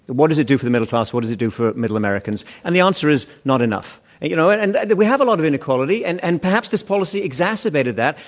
what does it do for the middle class? what does it do for middle americans? and the answer is, not enough. and you know, and and we have a lot of inequality. and and perhaps this policy exacerbated that.